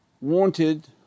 wanted